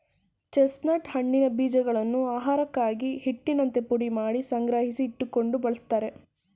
chestnut ಹಣ್ಣಿನ ಬೀಜಗಳನ್ನು ಆಹಾರಕ್ಕಾಗಿ, ಹಿಟ್ಟಿನಂತೆ ಪುಡಿಮಾಡಿ ಸಂಗ್ರಹಿಸಿ ಇಟ್ಟುಕೊಂಡು ಬಳ್ಸತ್ತರೆ